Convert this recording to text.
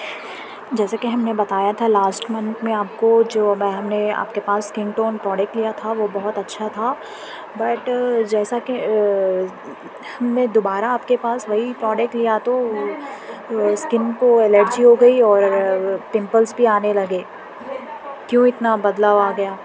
جیسا کہ ہم نے بتایا تھا لاسٹ منتھ میں آپ کو جو میں ہم نے آپ کے پاس اسکن ٹون پروڈکٹ لیا تھا وہ بہت اچھا تھا بٹ جیسا کہ ہم نے دوبارہ آپ کے پاس وہی پروڈکٹ لیا تو اسکن کو الرجی ہو گئی اور پمپلس بھی آنے لگے کیوں اتنا بدلا ہوا آ گیا